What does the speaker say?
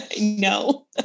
No